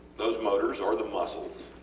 those motors are the muscles.